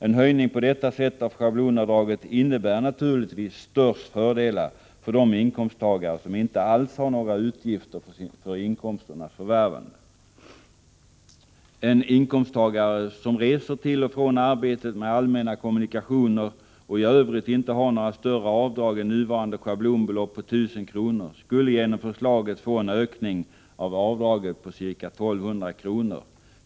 En höjning på detta sätt av schablonavdraget innebär naturligtvis störst fördelar för de inkomsttagare som inte alls har några utgifter för inkomsternas förvärvande. En inkomsttagare som reser till och från arbetet med allmänna kommunikationsmedel och i övrigt inte har några större avdrag än nuvarande schablonbelopp på 1 000 kr. skulle genom förslaget få en ökning av avdragen på ca 1 200 kr.